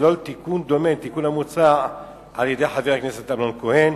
לכלול תיקון דומה לתיקון המוצע על-ידי חבר הכנסת אמנון כהן.